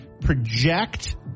project